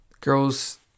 Girls